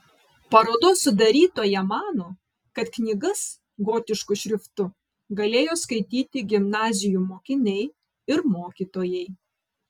parodos sudarytoja mano kad knygas gotišku šriftu galėjo skaityti gimnazijų mokiniai ir mokytojai